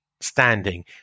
standing